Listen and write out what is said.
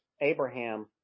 Abraham